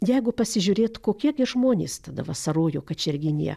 jeigu pasižiūrėt kokie tie žmonės tada vasarojo kačerginėje